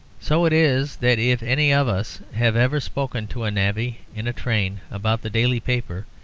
so it is that if any of us have ever spoken to a navvy in a train about the daily paper,